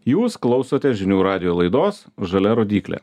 jūs klausotės žinių radijo laidos žalia rodyklė